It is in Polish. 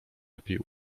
lepiej